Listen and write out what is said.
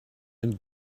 and